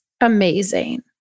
amazing